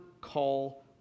call